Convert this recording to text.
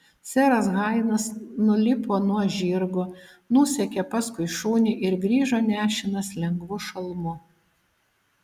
seras hailas nulipo nuo žirgo nusekė paskui šunį ir grįžo nešinas lengvu šalmu